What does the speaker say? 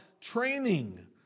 training